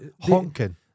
honking